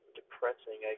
depressing